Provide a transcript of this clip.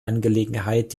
angelegenheit